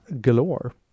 galore